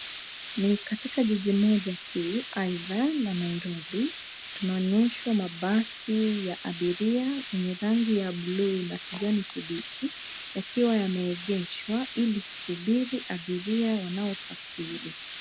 Ni katika jiji moja kuu aidha Nairobi tunaonyeshwa mabasi ya abiria yenye rangi ya buluu na kijani kibichi yakiwa yameegeshwa ili kusubiri abiria wanaosafiri.